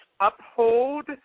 uphold